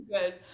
good